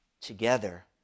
together